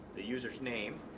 the user's name,